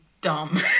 dumb